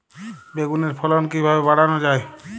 বেগুনের ফলন কিভাবে বাড়ানো যায়?